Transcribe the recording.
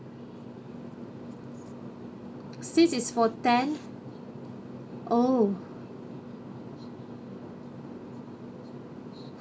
since it's for ten oh